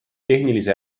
tehnilise